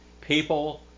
People